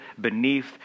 beneath